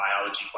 biology